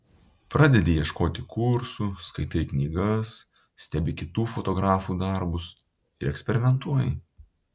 pradedi ieškoti kursų skaitai knygas stebi kitų fotografų darbus ir eksperimentuoji